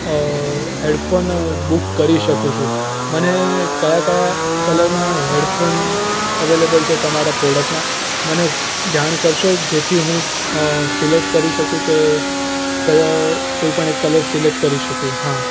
headphone book કરી શકું છું મને કયા કયા કલરના હેડફોન અવેલેબલ છે તમારાં પ્રોડક્ટના મને જાણ કરશો જેથી હું અ સિલેક્ટ કરી શકું કે કયો કોઈ પણ એક કલર સિલેક્ટ કરી શકું હા